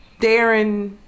Darren